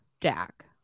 Jack